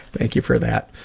thank you for that.